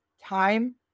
time